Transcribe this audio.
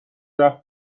رفت